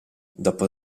dopo